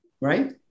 right